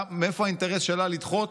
מה האינטרס שלה לדחות?